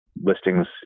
Listings